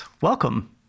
Welcome